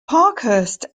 parkhurst